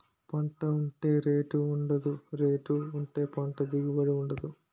పంట ఉంటే రేటు ఉండదు, రేటు ఉంటే పంట దిగుబడి ఉండదు